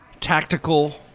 tactical